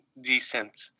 decent